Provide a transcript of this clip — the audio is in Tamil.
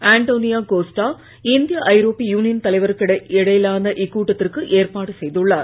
அண்டோனியோ கோஸ்ட்டா இந்தியா ஐரோப்பிய யூனியன் தலைவர்களுக்கு இடையிலான இக்கூட்டத்திற்கு ஏற்பாடு செய்துள்ளார்